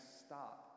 stop